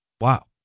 Wow